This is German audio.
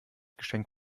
geschenk